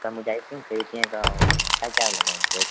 sir मुझे ice cream खरीदनी है तो क्या क्या लगेगा रेट